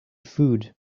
food